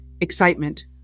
excitement